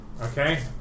Okay